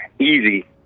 easy